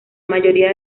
mayoría